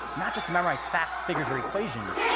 not just to memorize facts, figures, or equations,